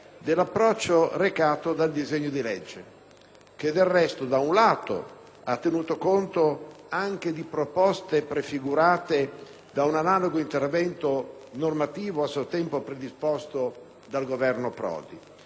legge, che da un lato ha tenuto conto anche di proposte prefigurate da un analogo intervento normativo a suo tempo predisposto dal Governo Prodi e, nel corso del dibattito in Commissione,